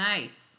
Nice